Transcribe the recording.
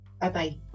Bye-bye